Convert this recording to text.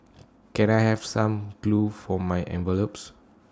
can I have some glue for my envelopes